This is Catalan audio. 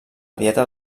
dieta